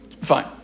Fine